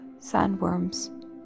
sandworms